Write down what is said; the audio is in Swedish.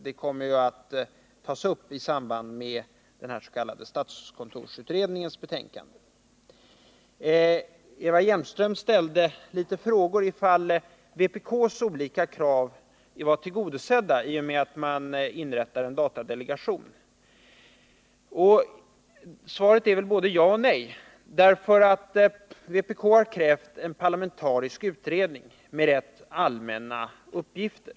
Det kommer att tas upp i samband med den s.k. statskontorsutredningens betänkande. Eva Hjelmström ställde några frågor om vpk:s olika krav var tillgodosedda i och med inrättandet av en datadelegation. Svaret är både ja och nej. Vpk har krävt en parlamentarisk utredning med ganska allmänna direktiv.